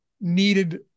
needed